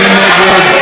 מי נגד?